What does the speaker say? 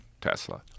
Tesla